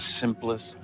simplest